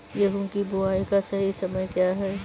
गेहूँ की बुआई का सही समय क्या है?